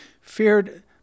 feared